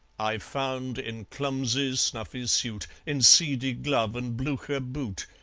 i found in clumsy snuffy suit, in seedy glove, and blucher boot,